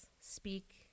speak